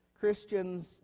Christians